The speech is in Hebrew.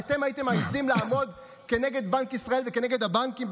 אתם הייתם מעיזים לעמוד כנגד בנק ישראל וכנגד הבנקים?